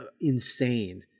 insane